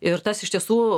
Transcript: ir tas iš tiesų